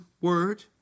word